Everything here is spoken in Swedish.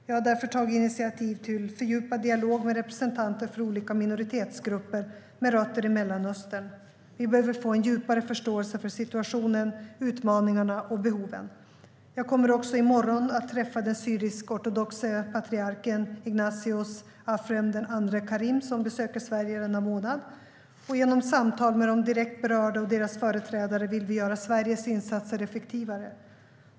Jag har därför tagit initiativ till fördjupad dialog med representanter för olika minoritetsgrupper med rötter i Mellanöstern. Vi behöver få en djupare förståelse för situationen, utmaningarna och behoven. Jag kommer att i morgon träffa den syrisk-ortodoxe patriarken Ignatios Afrem II Karim, som besöker Sverige denna månad. Genom samtal med de direkt berörda och deras företrädare vill vi göra Sveriges insatser effektivare.